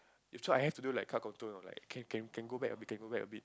if so I have to do like crowd control you know like can can can go back a bit can go back a bit